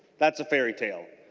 that's a fairytale.